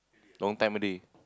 long time already